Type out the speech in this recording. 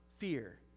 fear